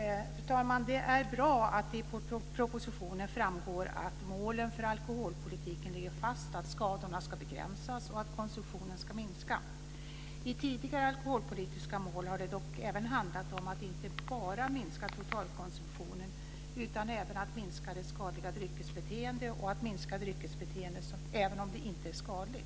Fru talman! Det är bra att det i propositionen framgår att målen för alkoholpolitiken ligger fast, att skadorna ska begränsas och att konsumtionen ska minska. I tidigare alkoholpolitiska mål har det dock handlat om inte bara att minska totalkonsumtionen utan även att minska det skadliga dryckesbeteendet och att minska dryckesbeteendet även om det inte är skadligt.